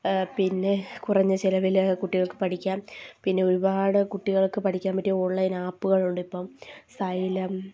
പിന്നെ കുറഞ്ഞ ചിലവിൽ കുട്ടികൾക്ക് പഠിക്കാം പിന്നെ ഒരുപാട് കുട്ടികൾക്ക് പഠിക്കാൻ പറ്റിയ ഓൺലൈൻ ആപ്പുകളുണ്ടിപ്പം സൈലം